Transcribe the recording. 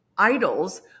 idols